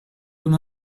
con